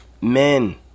men